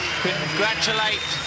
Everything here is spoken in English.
congratulate